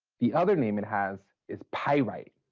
the other name it has is pyrite.